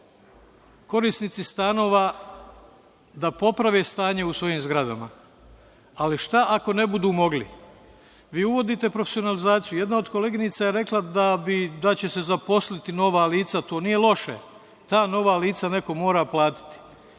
korisnici stanova da poprave stanje u svojim zgradama, ali šta ako ne budu mogli? Vi uvodite profesionalizaciju. Jedna od koleginica je rekla da će se zaposliti nova lica, to nije loše. Ta nova lica neko mora platiti.